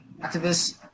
activists